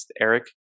Eric